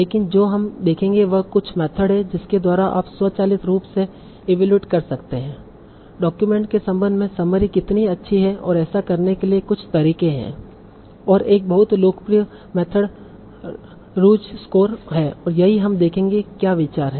लेकिन जो हम देखेंगे वह कुछ मेथड है जिसके द्वारा आप स्वचालित रूप से इवैल्यूएट कर सकते हैं डॉक्यूमेंट के संबंध में समरी कितनी अच्छी है और ऐसा करने के लिए कुछ तरीके हैं और एक बहुत लोकप्रिय मेथड रूज स्कोर है और यही हम देखेंगे क्या विचार है